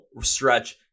stretch